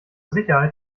sicherheit